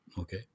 Okay